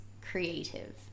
creative